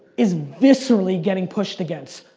is viscerally getting pushed against.